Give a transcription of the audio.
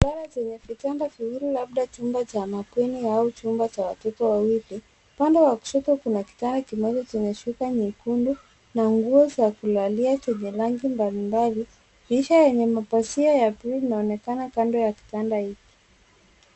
Kulala chenye vitanda viwili labda chumba cha bweni au chumba cha watoto wawili. Upande wa kushoto kuna kitanda kimoja chenye shuka nyekundu na nguo za kulalia zenye rangi mbalimbali. Dirisha yenye mapazia ya buluu inaonekana kando ya kitanda hiki.